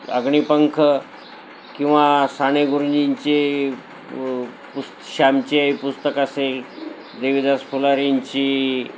अग्निपंख किंवा साने गुरुजींचे पुस् श्यामची आई पुस्तक असेल देवीदास फुलारींची